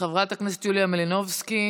חברת הכנסת יוליה מלינובסקי,